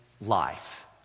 life